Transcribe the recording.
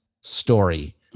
story